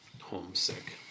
homesick